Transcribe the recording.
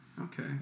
okay